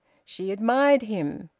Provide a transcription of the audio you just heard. she admired him!